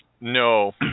No